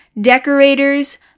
decorators